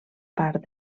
part